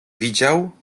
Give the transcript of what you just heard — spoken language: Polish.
widział